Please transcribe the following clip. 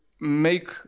make